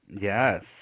Yes